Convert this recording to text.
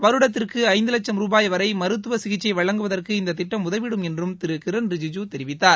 வருடத்திற்கு ஐந்து லட்சம் ருபாய் வரை மருத்துவ சிகிச்சை வழங்குவதற்கு இந்த திட்டம் உதவிடும் என்றும் திரு கிரண் ரிஜூஜூ தெரிவித்தார்